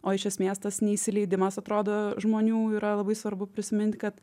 o iš esmės tas neįsileidimas atrodo žmonių yra labai svarbu prisimint kad